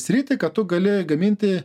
sritį kad tu gali gaminti